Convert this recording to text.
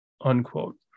Unquote